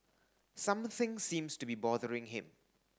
something seems to be bothering him